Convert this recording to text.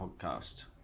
podcast